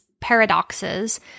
paradoxes